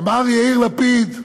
אמר יאיר לפיד: